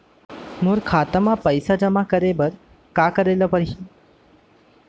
मोर खाता म पइसा जेमा करे बर का करे ल पड़ही?